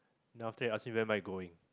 then after that he ask me where am I going